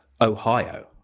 Ohio